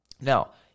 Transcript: Now